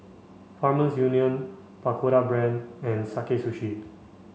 Farmers Union Pagoda Brand and Sakae Sushi